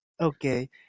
okay